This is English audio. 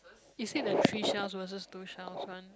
is it the three shells versus two shells one